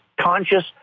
conscious